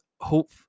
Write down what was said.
hope